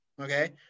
okay